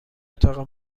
اتاق